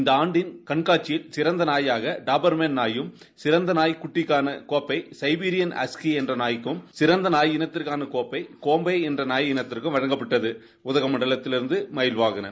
இந்த ஆண்டின் கண்காட்சியில் சிறந்த டாபர்மேன் நாயும் சிறந்த நாய் குட்டிக்கான கோப்பை சைபீரியன் ஹஸ்கி என்ற நாய்க்கும் சிறந்த நாய் இனத்திற்கான கோப்பை கோம்பை என்ற நாய் இனத்திற்கு வழங்கப்பட்டது உதகையிலிருந்து மயில்வாகணன்